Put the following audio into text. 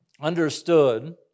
understood